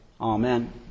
Amen